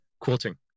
quilting